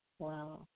Wow